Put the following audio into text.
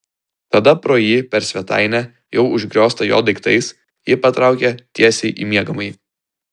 tada pro jį per svetainę jau užgrioztą jo daiktais ji patraukė tiesiai į miegamąjį